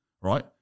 right